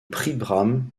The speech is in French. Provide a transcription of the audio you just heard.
příbram